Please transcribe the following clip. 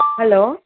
hello